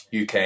UK